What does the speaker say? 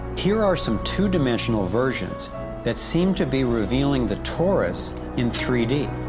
here are some two-dimensional versions that seem to be revealing the torus in three d.